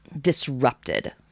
disrupted